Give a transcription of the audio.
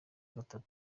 gatanu